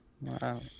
wow